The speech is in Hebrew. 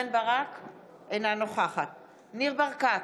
אינה נוכחת ניר ברקת,